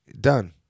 Done